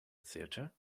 theater